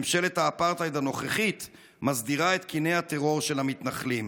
ממשלת האפרטהייד הנוכחית מסדירה את קיני הטרור של המתנחלים.